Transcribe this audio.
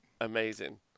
Amazing